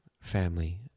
family